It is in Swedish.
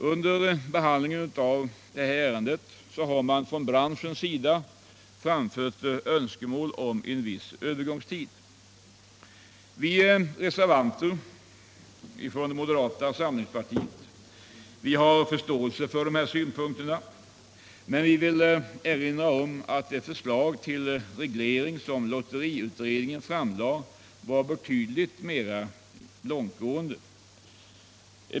Under behandlingen av detta ärende har från branschens sida önskemål framförts om en viss övergångstid. Vi reservanter från moderata samlingspartiet har förståelse för dessa synpunkter, men vi vill erinra om att det förslag till reglering som lotteriutredningen framlade var betydligt mera långtgående.